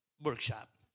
workshop